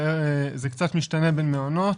זה קצת משתנה בין מעונות,